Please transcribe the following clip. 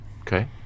Okay